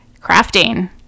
crafting